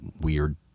weird